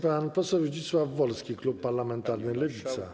Pan poseł Zdzisław Wolski, klub parlamentarny Lewica.